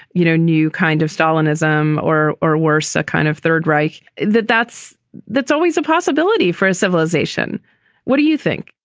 you know, new kind of stalinism or or worse, a kind of third reich, that that's that's always a possibility for a civilization what do you think?